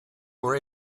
were